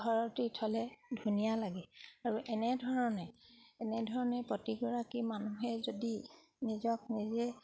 ঘৰতে থ'লে ধুনীয়া লাগে আৰু এনেধৰণে এনেধৰণে প্ৰতিগৰাকী মানুহে যদি নিজক নিজে